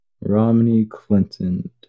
Romney-Clinton